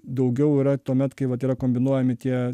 daugiau yra tuomet kai vat yra kombinuojami tie